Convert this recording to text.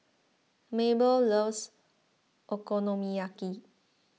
Mabelle loves Okonomiyaki